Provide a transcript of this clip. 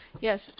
yes